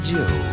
Joe